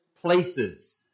places